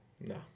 No